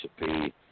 recipe